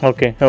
Okay